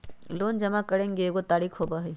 Loan जमा करेंगे एगो तारीक होबहई?